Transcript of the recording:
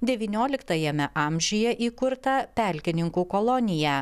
devynioliktajame amžiuje įkurtą pelkininkų koloniją